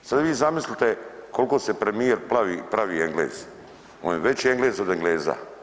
Sad vi zamislite koliko se premijer pravi Englez, on je veći Englez od Engleza.